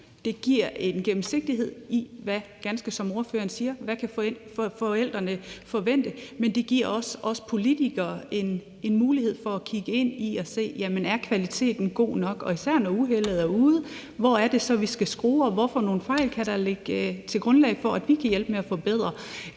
det giver en gennemsigtighed, ganske som ordføreren siger, i forhold til hvad forældrene kan forvente. Men det giver også os politikere en mulighed for at kigge ind i det og se på, om kvaliteten er god nok, især når uheldet er ude. Hvor er det så, vi skal skrue, og hvad for nogle fejl kan der ligge til grund for, at vi kan hjælpe med at forbedre